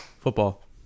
football